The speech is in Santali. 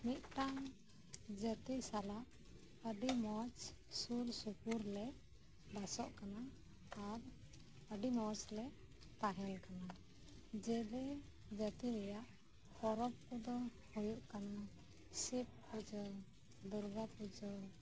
ᱢᱤᱜ ᱴᱟᱝ ᱡᱟᱛᱤ ᱥᱟᱞᱟᱜ ᱟᱰᱤ ᱢᱚᱸᱡᱽ ᱥᱩᱨ ᱥᱩᱯᱩᱨ ᱞᱮᱵᱟᱥᱚᱜ ᱠᱟᱱᱟ ᱟᱨ ᱟᱰᱤ ᱢᱚᱸᱡᱽ ᱞᱮ ᱛᱟᱦᱮᱸᱱ ᱠᱟᱱᱟ ᱡᱮᱞᱮ ᱡᱟᱛᱤ ᱨᱮᱭᱟᱜ ᱯᱚᱨᱚᱵᱽ ᱠᱚᱫᱚ ᱦᱩᱭᱩᱜ ᱠᱟᱱᱟ ᱥᱤᱵᱽ ᱯᱩᱡᱟᱹ ᱫᱩᱨᱜᱟ ᱯᱩᱡᱟ